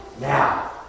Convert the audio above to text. now